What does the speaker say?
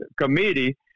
committee